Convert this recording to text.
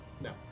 No